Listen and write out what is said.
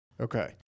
Okay